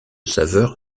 saveur